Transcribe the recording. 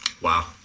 Wow